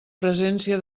presència